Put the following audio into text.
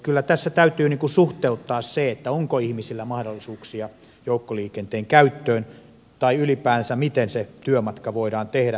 kyllä tämä täytyy suhteuttaa siihen onko ihmisillä mahdollisuuksia joukkoliikenteen käyttöön tai miten työmatka ylipäänsä voidaan tehdä